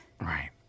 Right